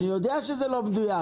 אני יודע שזה לא מדויק.